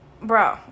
Bro